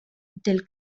del